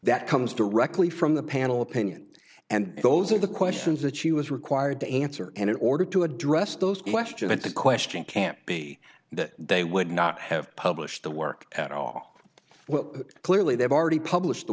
that comes directly from the panel opinion and those are the questions that she was required to answer and in order to address those question it's a question can't be that they would not have published the work at all clearly they've already published the